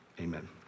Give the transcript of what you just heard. Amen